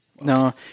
no